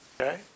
Okay